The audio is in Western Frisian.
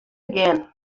gean